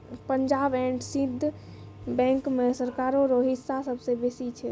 Punjab and Sind Bank मे सरकारो रो हिस्सा सबसे बेसी छै